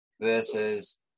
versus